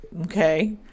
Okay